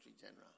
General